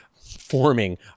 forming